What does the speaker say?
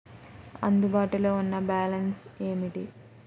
అందుబాటులో ఉన్న బ్యాలన్స్ ఏమిటీ?